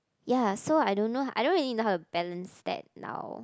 ya so I don't know I don't really know how to balance that now